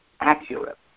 accurate